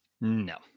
No